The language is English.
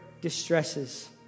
distresses